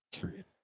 period